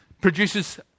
produces